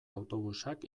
autobusak